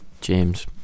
James